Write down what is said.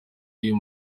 y’uyu